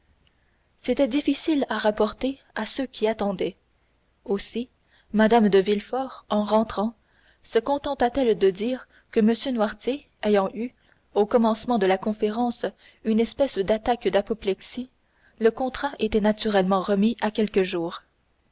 était rompu c'était difficile à rapporter à ceux qui attendaient aussi mme de villefort en rentrant se contenta t elle de dire que m noirtier ayant eu au commencement de la conférence une espèce d'attaque d'apoplexie le contrat était naturellement remis à quelques jours